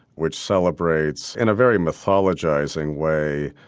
which celebrates, in a very mythologising way,